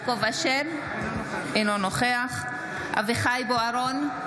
אינו נוכח אביחי אברהם בוארון,